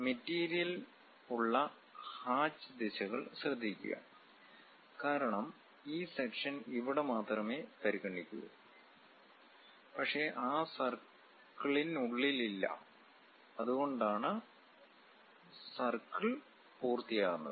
material ഉള്ള hatch ദിശകൾ ശ്രദ്ധിക്കുക കാരണം ഈ സെക്ഷൻ ഇവിടെ മാത്രമേ പരിഗണിക്കൂ പക്ഷേ ആ സർക്കിളിനുള്ളിലല്ല അതുകൊണ്ടാണ് സർക്കിൾ പൂർത്തിയാകുന്നത്